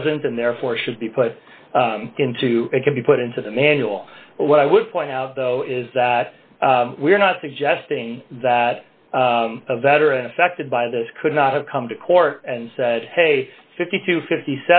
wasn't and therefore should be put into it can be put into the manual what i would point out though is that we are not suggesting that a veteran affected by this could not have come to court and said hey